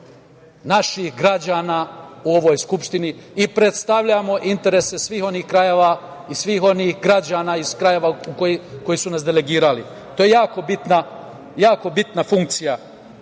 naših građana u ovoj Skupštini i predstavljamo interese svih onih krajeva i svih onih građana iz krajeva koji su nas delegirali. To je jako bitna funkcija